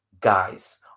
guys